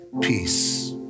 peace